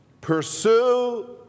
Pursue